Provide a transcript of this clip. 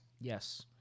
Yes